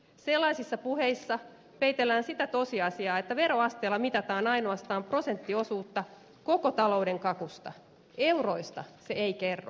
sellaisissa puheissa peitellään sitä tosiasiaa että veroasteella mitataan ainoastaan prosenttiosuutta koko talouden kakusta euroista se ei kerro